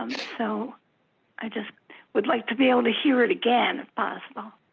um so i just would like to be able to hear it again on